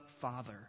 Father